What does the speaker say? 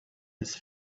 his